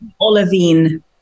Olivine